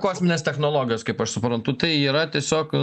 kosminės technologijos kaip aš suprantu tai yra tiesiog